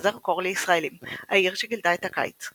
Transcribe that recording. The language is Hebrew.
מפזר קור לישראלים העיר שגילתה את הקיץ,